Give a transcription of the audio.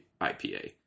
IPA